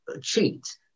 cheat